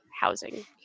housing